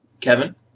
Kevin